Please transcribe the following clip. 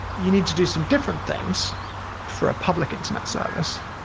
you need to do some different things for a public internet service,